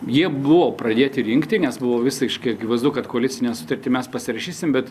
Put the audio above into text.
jie buvo pradėti rinkti nes buvo visiškai akivaizdu kad koalicinę sutartį mes pasirašysim bet